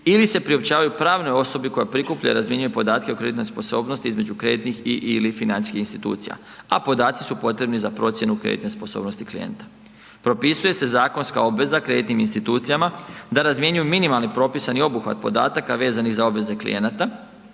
ili se priopćavaju pravnoj osobi koja prikuplja i razmjenjuje podatke o kreditnoj sposobnosti između kreditnih i/ili financijskih institucija a podaci su potrebni za procjenu kreditne sposobnosti klijenta. Propisuje se zakonska obveza kreditnim institucijama da razmjenjuju minimalni propisani obuhvat podataka vezanih za obveze klijenata,